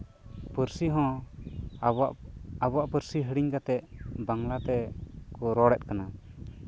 ᱯᱟᱹᱨᱥᱤ ᱦᱚᱸ ᱟᱵᱚᱣᱟᱜ ᱯᱟᱹᱨᱥᱤ ᱦᱤᱲᱤᱧ ᱠᱟᱛᱮᱜ ᱵᱟᱝᱞᱟᱛᱮ ᱠᱚ ᱨᱚᱲᱮᱫ ᱠᱟᱱᱟ